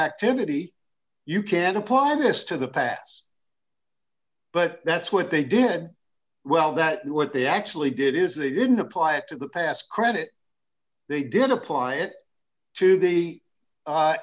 activity you can apply this to the pats but that's what they did well that what they actually did is they didn't apply it to the pass credit they didn't apply it to the